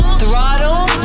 throttle